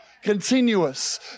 continuous